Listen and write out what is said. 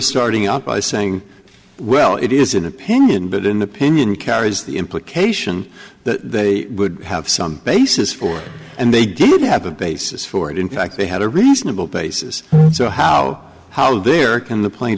starting out by saying well it is an opinion but in the pinion carries the implication that they would have some basis for and they didn't have a basis for it in fact they had a reasonable basis so how how they're going the